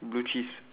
blue cheese